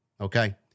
Okay